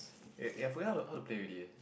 eh I I forgot how to how to play already eh